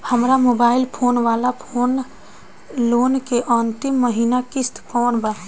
हमार mobile phone वाला loan के अंतिम महिना किश्त कौन बा?